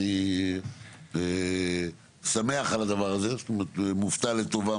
אני שמח על הדבר הזה ואני מופתע לטובה.